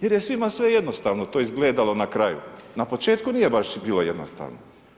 Jer je svima sve jednostavno to izgledalo na kraju, na početku nije baš bilo jednostavno.